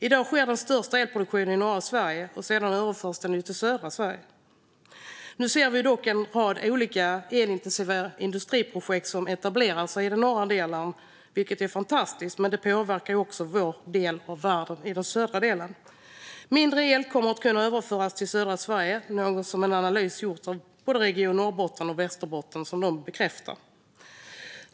I dag sker den största elproduktionen i norra Sverige, och sedan överförs den till södra Sverige. Nu ser vi dock en rad olika elintensiva industriprojekt som etablerar sig i den norra delen av landet, vilket är fantastiskt, men det påverkar också den södra delen av landet. Mindre el kommer att kunna överföras till södra Sverige, vilket bekräftas av en analys som gjorts av Region Norrbotten och Region Västerbotten.